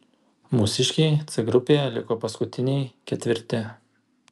mūsiškiai c grupėje liko paskutiniai ketvirti